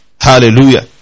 Hallelujah